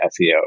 SEO